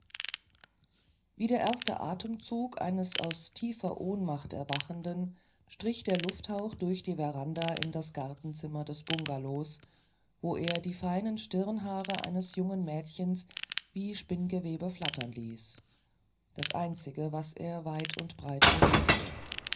wie der erste atemzug eines aus tiefer ohnmacht erwachenden strich der lufthauch durch die veranda in das gartenzimmer des bungalow wo er die feinen stirnhaare eines jungen mädchens wie spinngewebe flattern ließ das einzige das er weit und breit bewegte